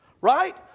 Right